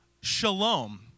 shalom